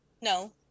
No